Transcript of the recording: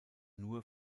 nur